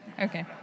Okay